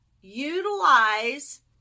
Utilize